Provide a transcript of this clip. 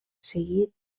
seguit